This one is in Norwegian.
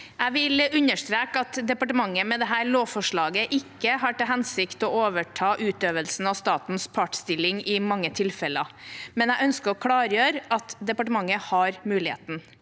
Jeg vil under- streke at departementet med dette lovforslaget ikke har til hensikt å overta utøvelsen av statens partsstilling i mange tilfeller, men jeg ønsker å klargjøre at departementet har muligheten.